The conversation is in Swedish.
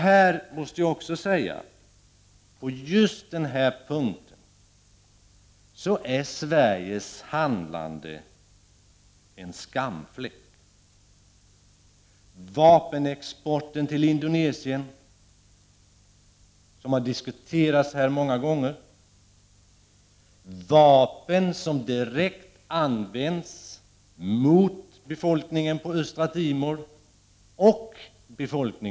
Jag måste också säga att Sveriges handlande på just denna punkt är en skamfläck: exporten av vapen till Indonesien, som har diskuterats här många gånger, vapen som direkt används mot befolkningen på Östra Timor och Väst-Papua.